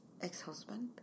ex-husband